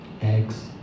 eggs